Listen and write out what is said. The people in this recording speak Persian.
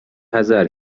حذر